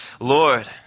Lord